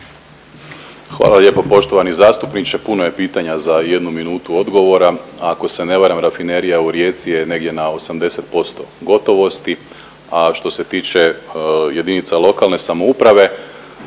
Hvala lijepo poštovani zastupniče. Puno je pitanja za jednu minutu odgovora, a ako se ne varam Rafinerija u Rijeci je negdje na 80% gotovosti. A što se tiče JLS naravno povećanje